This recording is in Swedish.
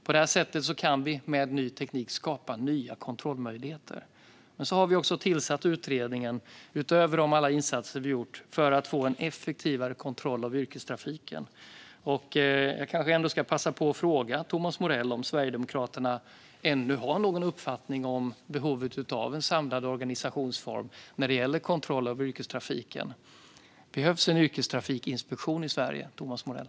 På det sättet kan vi med ny teknik skapa nya kontrollmöjligheter. Vi har också tillsatt utredningen utöver alla de insatser som vi har gjort för att få en effektivare kontroll av yrkestrafiken. Jag kanske ändå ska passa på att fråga Thomas Morell om Sverigedemokraterna ännu har någon uppfattning om behovet av en samlad organisationsform när det gäller kontroll av yrkestrafiken. Behövs en yrkestrafikinspektion i Sverige, Thomas Morell?